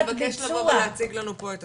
אנחנו נבקש לבוא לפה ולהציג לנו את התכנית.